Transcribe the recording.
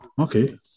Okay